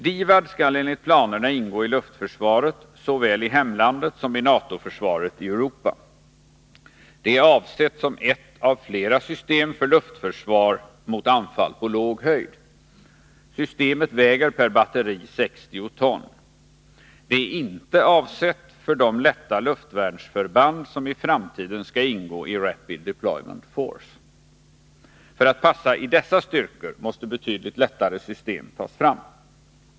DIVAD skall enligt planerna ingå i luftförsvaret såväl i hemlandet som i NATO-försvaret i Europa. Det är avsett som ett av flera system för luftförsvar mot anfall på låg höjd. Systemet väger per batteri 60 ton. Det är inte avsett för de lätta luftvärnsförband som i framtiden skall ingå i Rapid Deployment Force. Betydligt lättare system måste tas fram för att passa i dessa styrkor.